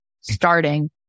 starting